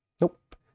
Nope